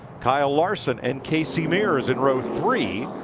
cale larson and casey mears in row three.